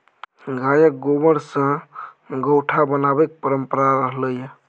गायक गोबर सँ गोयठा बनेबाक परंपरा रहलै यै